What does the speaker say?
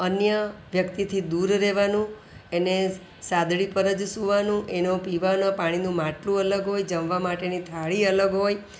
અન્ય વ્યક્તિથી દૂર રહેવાનું એને સાદડી પર જ સૂવાનું એનું પીવાનાં પાણીનું માટલું અલગ હોય જમવા માટેની થાળી અલગ હોય